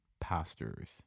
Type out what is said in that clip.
pastors